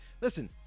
Listen